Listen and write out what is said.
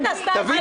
איפה?